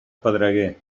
pedreguer